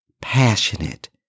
passionate